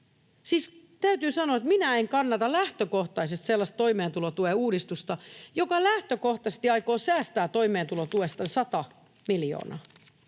Siis täytyy sanoa, että minä en kannata lähtökohtaisesti sellaista toimeentulotuen uudistusta, joka lähtökohtaisesti aikoo säästää toimeentulotuesta 100 miljoonaa.